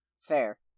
Fair